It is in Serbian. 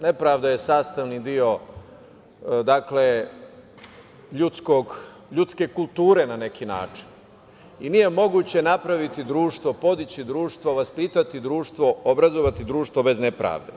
Nepravda je sastavni deo ljudske kulture na neki način i nije moguće napraviti društvo, podići društvo, vaspitati društvo, obrazovati društvo bez nepravde.